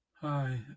Hi